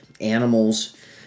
animals